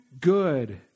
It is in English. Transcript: good